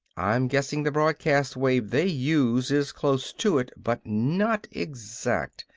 i'm guessing the broadcast-wave they use is close to it but not exact.